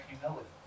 humility